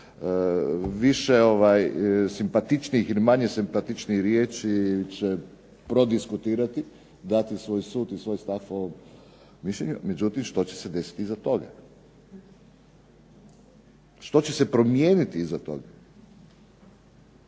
više simpatičnijih ili manje simpatičnijih riječi će prodiskutirati, dati svoj sud i svoj stav o ovom mišljenju. Međutim, što će se desiti iza toga? Što će se promijeniti iza toga?